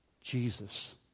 Jesus